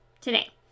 today